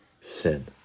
sin